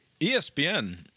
ESPN